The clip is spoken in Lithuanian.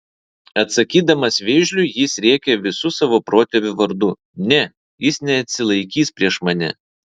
atsakydamas vėžliui jis rėkia visų savo protėvių vardu ne jis neatsilaikys prieš mane